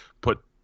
put –